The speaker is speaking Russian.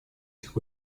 этих